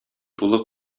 тулы